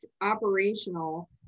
operational